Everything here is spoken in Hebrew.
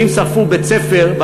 ואם שרפו בית-ספר,